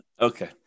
Okay